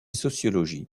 sociologie